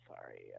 sorry